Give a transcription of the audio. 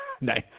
Nice